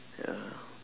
ya